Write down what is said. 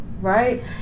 right